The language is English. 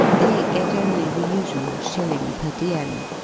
they get only the usual shilling per diem.